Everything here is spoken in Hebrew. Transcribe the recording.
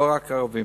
לא רק ערבים.